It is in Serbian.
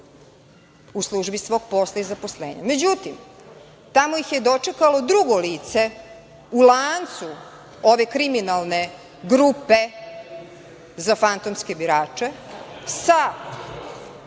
U službi svog posla i zaposlenja. Međutim, tamo ih je dočekalo drugo lice u lancu ove kriminalne grupe za fantomske birače sa